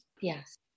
Yes